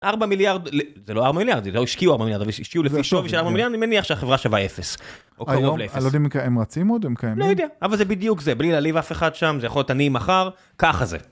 ארבע מיליארד, זה לא ארבע מיליארד, זה לא השקיעו ארבע מיליארד, אבל השקיעו לפי שווי של ארבע מיליארד, אני מניח שהחברה שווה אפס. או קרוב לאפס. הם רצים עוד, הם קיימים? לא יודע, אבל זה בדיוק זה, בלי להעליב אף אחד שם, זה יכול להיות אני, מחר, ככה זה.